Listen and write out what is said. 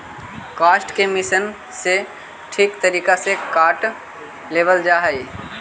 काष्ठ के मशीन से ठीक तरीका से काट लेवल जा हई